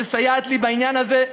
מסייעת לי בעניין הזה.